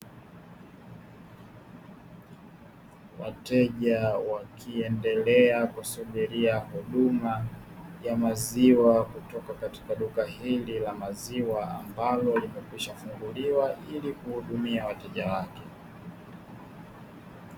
Wateja wakiendelea kusubiria huduma ya maziwa kutoka katika duka hili la maziwa, ambalo limekwisha funguliwa ili kuhudumia wateja wake.